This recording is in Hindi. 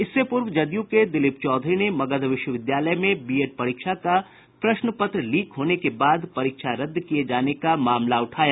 इससे पूर्व जदयू के दिलीप चौधरी ने मगध विश्वविद्यालय में बीएड परीक्षा का प्रश्नपत्र लीक होने के बाद परीक्षा रद्द किये जाने का मामला उठाया